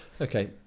okay